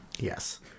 Yes